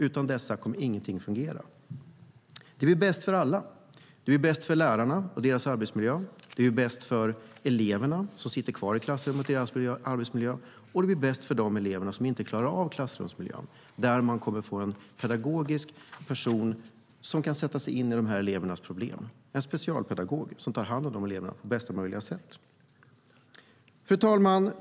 Utan detta kommer ingenting att fungera. Det är bäst för alla. Det är bäst för lärarna och deras arbetsmiljö, det är bäst för eleverna som sitter kvar i klassrummen och deras arbetsmiljö och det är bäst för de elever som inte klarar av klassrumsmiljön. De kommer att få en pedagogisk person som kan sätta sig in i de här elevernas problem, en specialpedagog som tar hand om eleverna på bästa möjliga sätt. Fru talman!